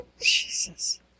Jesus